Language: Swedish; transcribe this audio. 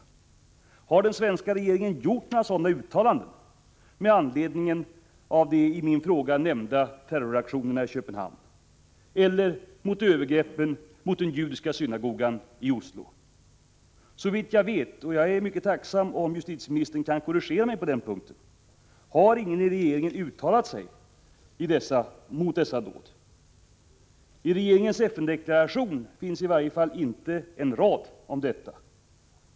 Har den svenska regeringen gjort några sådana uttalanden med anledning av de i min fråga nämnda terroraktionerna i Köpenhamn eller mot övergreppen mot den judiska synagogan i Oslo? Såvitt jag vet — jag är mycket tacksam om justitieministern kan korrigera mig på den punkten — har ingen i regeringen uttalat sig mot dessa dåd. I regeringens FN-deklaration finns i varje fall inte en rad om detta.